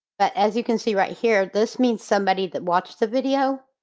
but as you can see right here, this means somebody that watched the video.